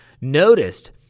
noticed